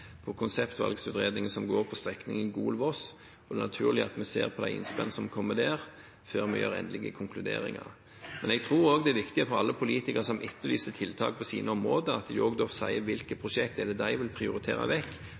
som går på strekningen Gol–Voss, og det er naturlig at vi ser på de innspillene som kommer der, før vi konkluderer endelig. Men jeg tror også det er viktig for alle politikere som etterlyser tiltak på sine områder, at de også sier hvilke prosjekter de vil prioritere